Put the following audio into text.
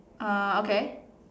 uh okay